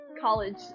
college